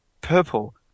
purple